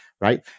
right